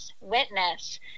witness